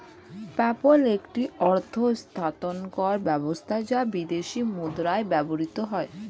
PayPal একটি অর্থ স্থানান্তর ব্যবস্থা যা বিদেশী মুদ্রায় ব্যবহৃত হয়